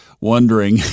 wondering